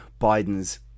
Biden's